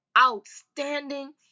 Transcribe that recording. outstanding